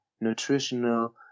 nutritional